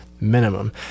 minimum